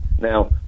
Now